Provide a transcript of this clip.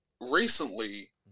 recently